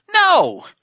No